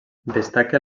destaca